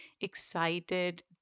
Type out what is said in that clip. excited